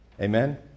Amen